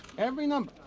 every number?